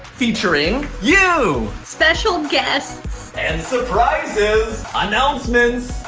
featuring you. special guests. and surprises, announcements,